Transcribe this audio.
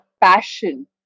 passion